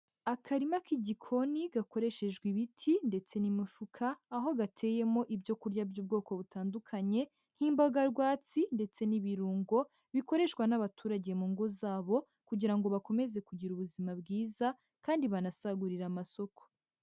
Akarima k'igikoni gakoreshejwe ibiti ndetse n'imifuka, aho gateyemo ibyo kurya by'ubwoko butandukanye nk'imboga rwatsi ndetse n'ibirungo, bikoreshwa n'abaturage mu ngo zabo kugira ngo bakomeze kugira ubuzima bwiza kandi banasagurire amasoko.